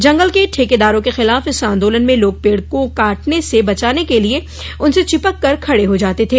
जंगल के ठेकेदारों के खिलाफ इस आंदोलन में लोग पेड़ों को कटने से बचाने के लिए उनसे चिपक कर खड़े हो जाते थे